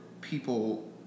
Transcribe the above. people